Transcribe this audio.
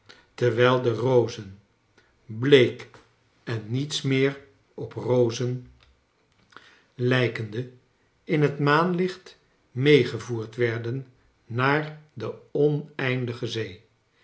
terwijl de rozen bleek en niets meer op rozen lijkende in het maanlicht meegevoerd werden naar de oneindige zee